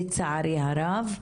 לצערי הרב,